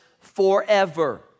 forever